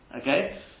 Okay